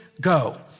go